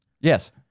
Yes